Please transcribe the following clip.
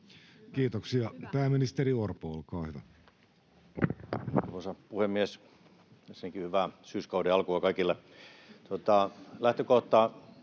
Kiitoksia. — Pääministeri Orpo, olkaa hyvä.